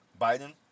Biden